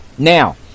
Now